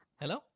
Hello